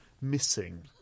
missing